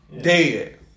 Dead